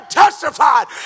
testified